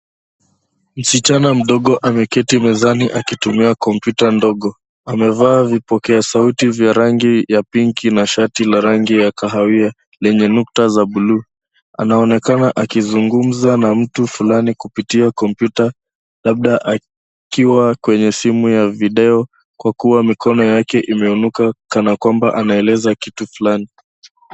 Msichana mdogo ameketi mezani akitumia kompyuta ndogo. Amevaa vipokea sauti vya rangi ya pinki na shati la rangi ya kahawia lenye nukta za bluu. Anaonekana akizungumza na mtu fulani kupitia kompyuta labda akiwa kwenye simu ya video kwa kuwa mikono yake imeinuka kana kwamba anaeleza kitu fulani.